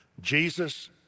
Jesus